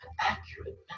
accurate